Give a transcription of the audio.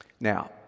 Now